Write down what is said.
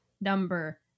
number